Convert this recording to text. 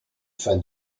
fin